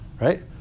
right